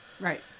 Right